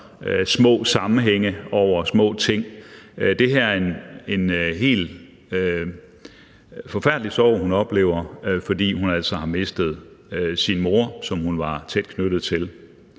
små sammenhænge over små ting. Det her er en helt forfærdelig sorg, hun oplever, fordi hun altså har mistet sin mor, som hun var tæt knyttet til.